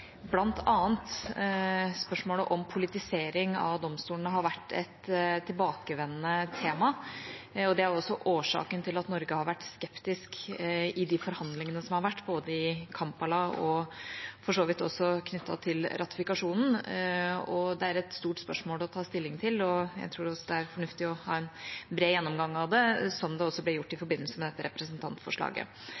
også årsaken til at Norge har vært skeptisk i de forhandlingene som har vært, både i Kampala og for så vidt også knyttet til ratifikasjonen. Det er et stort spørsmål å ta stilling til, og jeg tror også det er fornuftig å ha en bred gjennomgang av det, slik det også ble gjort i